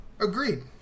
agreed